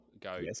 go